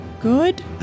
good